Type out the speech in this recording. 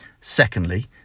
Secondly